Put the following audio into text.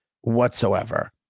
whatsoever